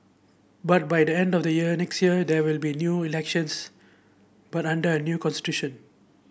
but by the end of the year next year there will be new elections but under a new constitution